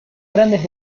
grandes